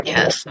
Yes